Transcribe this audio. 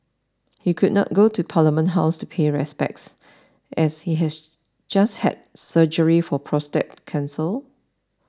he could not go to Parliament House to pay respects as he has just had surgery for prostate cancer